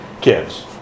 kids